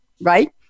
right